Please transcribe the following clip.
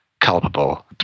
Culpable